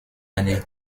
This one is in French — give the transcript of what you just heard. année